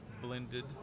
blended